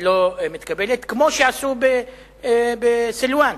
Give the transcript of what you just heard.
כמו שעשו בסילואן,